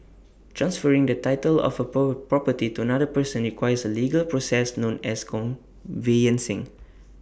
transferring the title of A pro property to another person requires A legal process known as conveyancing